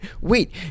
wait